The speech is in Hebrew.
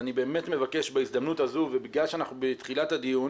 אז אני באמת מבקש בהזדמנות הזו ובגלל שאנחנו בתחילת הדיון